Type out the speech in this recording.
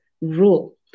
rule